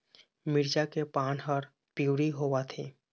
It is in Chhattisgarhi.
मिरचा के पान हर पिवरी होवथे?